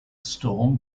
storm